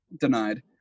denied